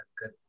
good